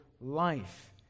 life